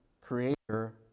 Creator